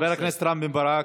חבר הכנסת רם בן ברק.